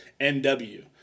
NW